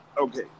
okay